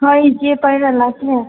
ꯍꯣꯏ ꯏꯆꯦ ꯄꯥꯏꯔ ꯂꯥꯛꯀꯦ